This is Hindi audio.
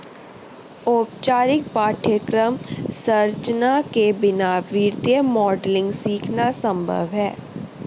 औपचारिक पाठ्यक्रम संरचना के बिना वित्तीय मॉडलिंग सीखना संभव हैं